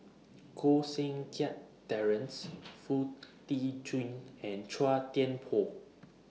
Koh Seng Kiat Terence Foo Tee Jun and Chua Thian Poh